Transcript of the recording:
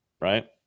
right